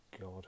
God